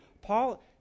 Paul